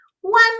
one